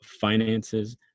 finances